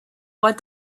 what